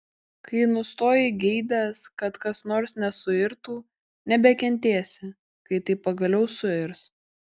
kai nustoji geidęs kad kas nors nesuirtų nebekentėsi kai tai pagaliau suirs